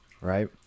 right